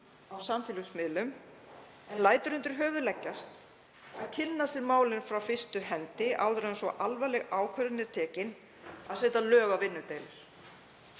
á samfélagsmiðlum en lætur undir höfuð leggjast að kynna sér málin frá fyrstu hendi áður en svo alvarleg ákvörðun er tekin að setja lög á vinnudeilur.